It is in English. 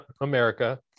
America